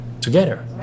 together